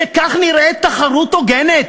שכך נראית תחרות הוגנת?